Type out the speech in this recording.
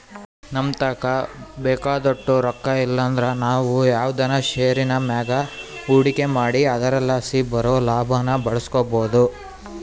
ನಮತಾಕ ಬೇಕಾದೋಟು ರೊಕ್ಕ ಇಲ್ಲಂದ್ರ ನಾವು ಯಾವ್ದನ ಷೇರಿನ್ ಮ್ಯಾಗ ಹೂಡಿಕೆ ಮಾಡಿ ಅದರಲಾಸಿ ಬರೋ ಲಾಭಾನ ಬಳಸ್ಬೋದು